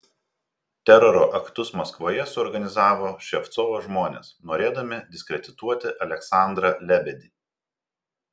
teroro aktus maskvoje suorganizavo ševcovo žmonės norėdami diskredituoti aleksandrą lebedį